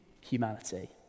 humanity